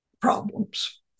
problems